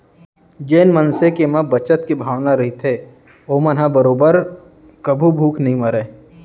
जेन मनसे के म बचत के भावना रहिथे ओमन ह बरोबर कभू भूख नइ मरय